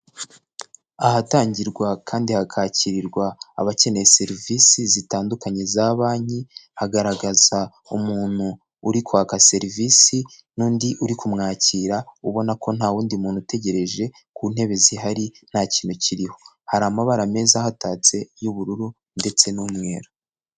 Ahatangirwa kandi hakakirirwa abakeneye serivisi zitandukanye za banki hagaragaza umuntu uri kwaka serivisi n'undi uri kumwakira ubona ko nta wundi muntu utegereje ku ntebe zihari nta kintu kiriho. Hari amabara meza ahatatse y'ubururu ndetse n'umweru.